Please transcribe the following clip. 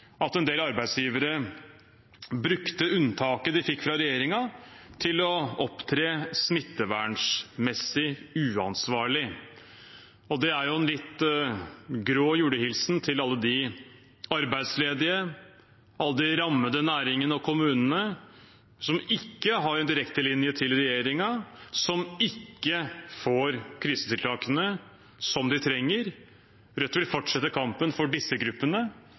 at en del arbeidsgivere brukte unntaket de fikk fra regjeringen til å opptre smittevernmessig uansvarlig. Det er en litt grå julehilsen til alle de arbeidsledige, alle de rammede næringene og kommunene som ikke har en direktelinje til regjeringen, og som ikke får krisetiltakene de trenger. Rødt vil fortsette kampen for disse gruppene,